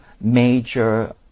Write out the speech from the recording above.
major